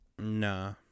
Nah